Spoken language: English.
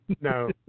No